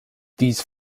these